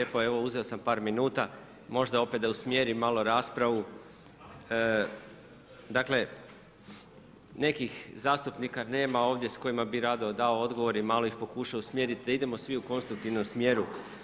evo uzeo sam par minuta, možda opet da usmjerim malo raspravu, dakle, nekih zastupnika nema ovdje s kojima bi rado dao odgovor i malo ih pokušao usmjeriti da idemo svi u konstruktivnom smjeru.